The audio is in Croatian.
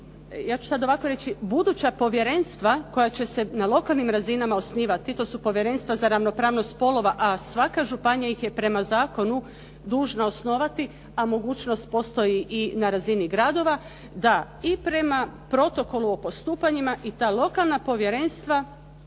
ja ću sada ovako reći buduća povjerenstva koja će se na lokalnim razinama osnivati to su povjerenstva za ravnopravnost spolova a svaka županija ih je prema zakonu dužna osnovati a mogućnost postoji i na razini gradova da i prema protokolu o postupanja i ta lokalna povjerenstva